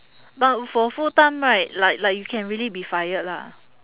but for full time right like like you can really be fired lah